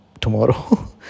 tomorrow